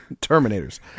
Terminators